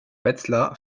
wetzlar